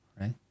right